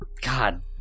God